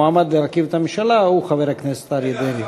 המועמד להרכיב את הממשלה הוא חבר הכנסת אריה דרעי.